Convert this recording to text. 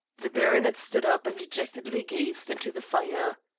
the baronet stood up and dejectedly gazed into the fire.